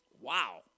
Wow